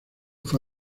fue